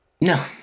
No